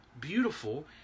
beautiful